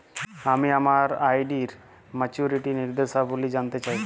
আমি আমার আর.ডি এর মাচুরিটি নির্দেশাবলী জানতে চাই